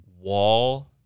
wall